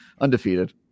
undefeated